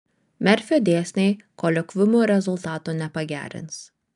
merfio dėsniai koliokviumų rezultatų nepagerins